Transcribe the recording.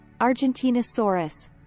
Argentinosaurus